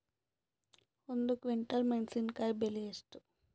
ಒಂದು ಕ್ವಿಂಟಾಲ್ ಮೆಣಸಿನಕಾಯಿ ಬೆಲೆ ಎಷ್ಟು?